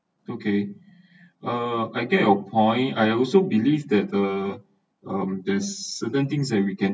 okay uh I get your point I also believe that uh um there's certain things that we can